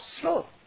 slow